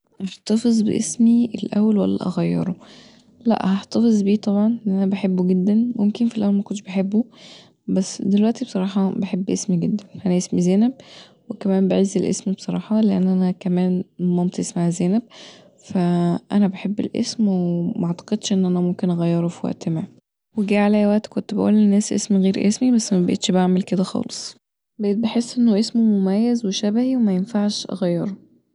احتفظ بأسمي الأول ولا هغيره، لا احتفظ بأسمي طبعا لأن انا بحبه جداممكن في الأول مكنتش بحبه بس دلوقتي بصراحه بحب أسمي جدا انا اسمي زينب وكمان بعز الاسم بصراحه لأن انا كمان ماتي اسمها زينب فأنا بحب الأسم ومعتقدش ان انا ممكن اغيره في وقت ما وجه عليا وقت كنت بقول للناس اسم غير اسمي بس مبقتش بعمل كدا خالص بقيت بحس انه اسم مميز وشبهي ومينفعش اغيره